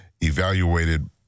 evaluated